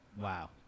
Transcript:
Wow